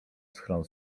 schron